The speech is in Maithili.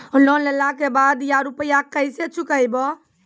लोन लेला के बाद या रुपिया केसे चुकायाबो?